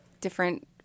different